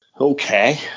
Okay